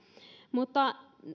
mutta